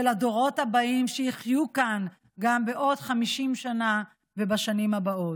הדורות הבאים שיחיו כאן גם בעוד 50 שנה ובשנים הבאות.